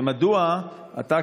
מדוע אתה,